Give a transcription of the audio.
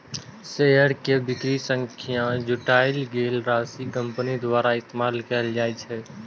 share के बिक्री सं जुटायल गेल राशि कंपनी द्वारा इस्तेमाल कैल जा सकै छै